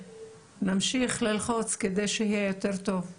ונמשיך ללחוץ כדי שיהיה יותר טוב,